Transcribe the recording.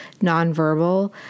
nonverbal